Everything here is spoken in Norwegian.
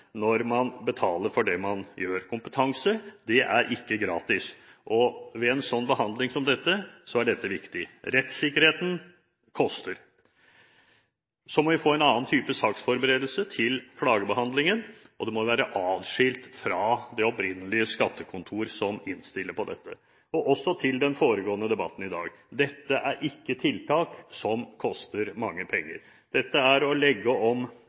når man betaler for det man gjør. Kompetanse er ikke gratis, og dette er viktig ved denne typen behandling. Rettssikkerheten koster. Så må vi få en annen type saksforberedelse til klagebehandlingen, og den må være adskilt fra det opprinnelige skattekontor som innstiller på dette. Også til den foregående debatten i dag: Dette er ikke tiltak som koster mange penger. Dette er å legge om